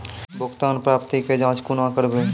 भुगतान प्राप्ति के जाँच कूना करवै?